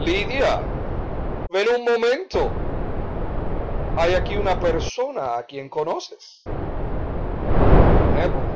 lidia ven un momento hay aquí una persona a quien conoces nébel